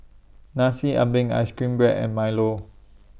Nasi Ambeng Ice Cream Bread and Milo